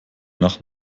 nach